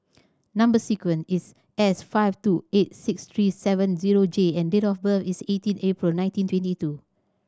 number sequence is S five two eight six three seven zero J and date of birth is eighteen April nineteen twenty two